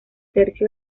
tercio